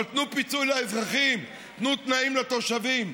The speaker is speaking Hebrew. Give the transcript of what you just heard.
אבל תנו פיצוי לאזרחים, תנו תנאים לתושבים.